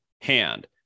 hand